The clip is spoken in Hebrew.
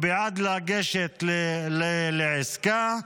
ובעד לגשת לעסקה.